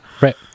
right